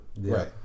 Right